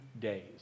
days